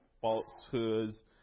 falsehoods